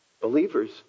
believers